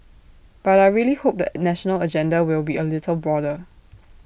but I really hope the national agenda will be A little broader